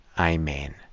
Amen